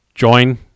join